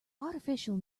artificial